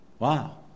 Wow